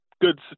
good